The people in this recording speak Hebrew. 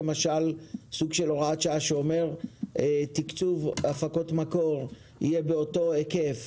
הוראת שעה שאומרת שתקצוב הפקות מקור יהיה באותו היקף